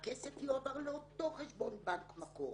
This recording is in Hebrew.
הכסף יועבר לאותו חשבון בנק מקור.